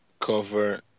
cover